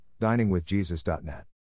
diningwithjesus.net